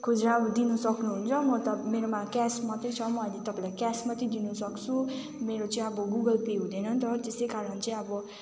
खुज्रा दिनु सक्नुहुन्छ म तप मेरोमा क्यास मात्रै छ म अहिले तपाईँलाई क्यास मात्रै दिनु सक्छु मेरो चाहिँ अब गुगल पे हुँदैन नि त त्यसै कारण चाहिँ अब